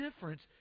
difference